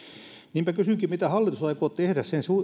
niinpä kysynkin mitä hallitus aikoo tehdä sen